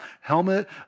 helmet